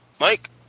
Mike